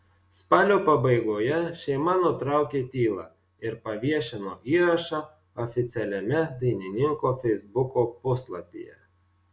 spalio pabaigoje šeima nutraukė tylą ir paviešino įrašą oficialiame dainininko feisbuko puslapyje